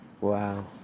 Wow